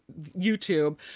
YouTube